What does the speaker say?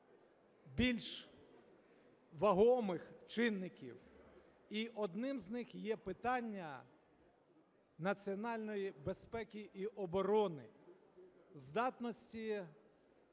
більш вагомих чинників, і одним з них є питання національної безпеки і оборони, здатності